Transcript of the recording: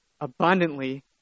abundantly